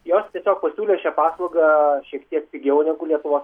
jos tiesiog pasiūlė šią paslaugą šiek tiek pigiau negu lietuvos